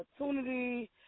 opportunity